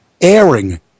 airing